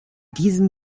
diesem